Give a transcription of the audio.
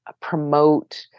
promote